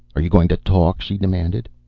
are you going to talk? she demanded.